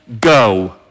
go